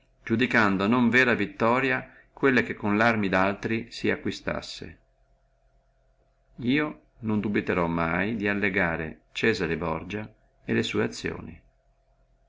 iudicando non vera vittoria quella che con le armi aliene si acquistassi io non dubiterò mai di allegare cesare borgia e le sue azioni